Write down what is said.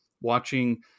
watching